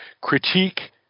critique